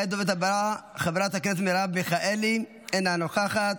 הדוברת הבאה, מרב מיכאלי, אינה נוכחת,